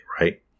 right